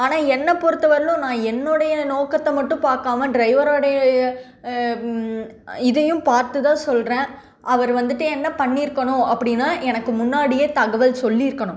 ஆனால் என்னை பொறுத்த வரைலும் நான் என்னோடைய நோக்கத்தை மட்டும் பார்க்காம டிரைவரோடைய இதையும் பார்த்து தான் சொல்லுறேன் அவர் வந்துவிட்டு என்ன பண்ணிருக்கணும் அப்படின்னா எனக்கு முன்னாடியே தகவல் சொல்லி இருக்கணும்